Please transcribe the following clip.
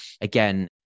again